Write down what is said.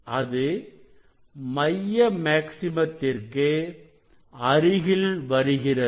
அது மைய மேக்சிம்மத்திற்கு அருகில் வருகிறது